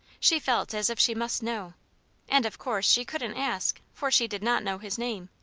she felt as if she must know and of course she couldn't ask, for she did not know his name.